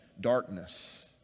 Darkness